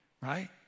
right